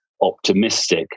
optimistic